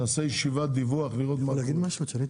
נעשה ישיבת דיווח לראות מה קורה.